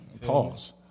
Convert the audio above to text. Pause